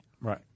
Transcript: Right